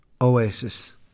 Oasis